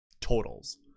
totals